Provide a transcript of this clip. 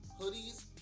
hoodies